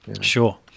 Sure